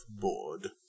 board